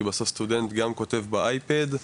כי בסוף סטודנט כותב גם באייפד,